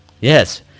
yes